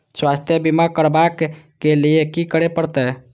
स्वास्थ्य बीमा करबाब के लीये की करै परतै?